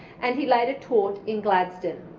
and he later taught in gladstone.